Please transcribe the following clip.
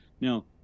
Now